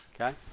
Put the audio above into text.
Okay